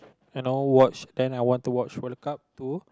you know watch then I want to watch World Cup two